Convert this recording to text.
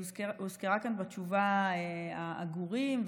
הוזכרו כאן בתשובה העגורים,